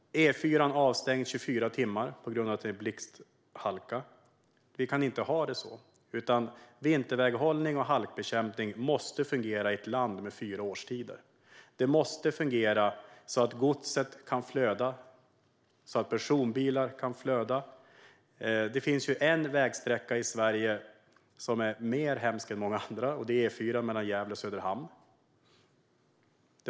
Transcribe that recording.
Vi kan inte ha det så. Vinterväghållning och halkbekämpning måste fungera i ett land med fyra årstider. Det måste fungera så att gods och personbilar kan flöda. Det finns en vägsträcka i Sverige som är hemskare än många andra, nämligen E4:an mellan Gävle och Söderhamn.